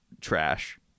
trash